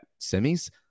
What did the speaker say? semis